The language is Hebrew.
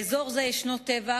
באזור זה יש טבח,